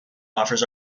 offers